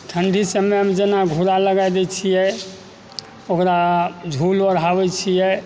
ठंडी सबमे हम जेना घुड़ा लगाए दै छियै ओकरा झूल ओढ़ाबैत छियै